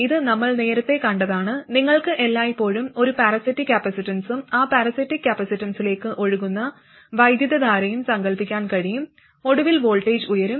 ഇത് നമ്മൾ നേരത്തെ കണ്ടതാണ് നിങ്ങൾക്ക് എല്ലായ്പ്പോഴും ഒരു പാരാസൈറ്റിക് കപ്പാസിറ്റൻസും ആ പാരാസൈറ്റിക് കപ്പാസിറ്റൻസിലേക്ക് ഒഴുകുന്ന വൈദ്യുതധാരയും സങ്കൽപ്പിക്കാൻ കഴിയും ഒടുവിൽ വോൾട്ടേജ് ഉയരും